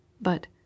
But